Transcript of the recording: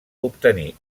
obtenir